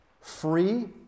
free